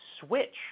switch